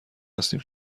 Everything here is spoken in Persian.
هستیم